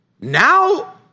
Now